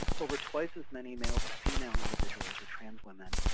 over twice as many male-to-female individuals, or trans women,